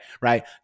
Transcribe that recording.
right